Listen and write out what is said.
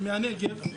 מהנגב,